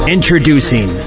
Introducing